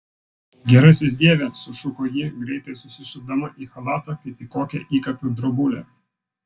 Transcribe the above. gerasis dieve sušuko ji greitai susisukdama į chalatą kaip į kokią įkapių drobulę